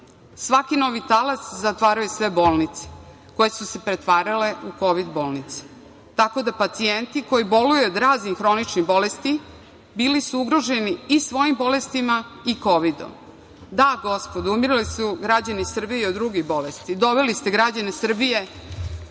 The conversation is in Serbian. Svaki novi talas zatvarao je sve bolnice koje su se pretvarale u kovid bolnice, tako da su pacijenti koji boluju od raznih hroničnih bolesti bili ugroženi i svojim bolestima i kovidom. Da, gospodo, umirali su građani Srbije i od drugih bolesti, doveli ste građane Srbije